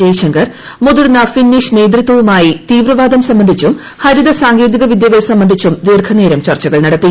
ജയശങ്കർ മുതിർന്ന ഫിന്നിഷ് നേതൃത്വവുമായി തീവ്രവാദം സംബന്ധിച്ചും ഹരിതസാങ്കേതിക വിദ്യകൾ സംബന്ധിച്ചും ദീർഘനേരം ചർച്ചകൾ നടത്തി